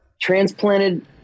transplanted